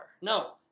No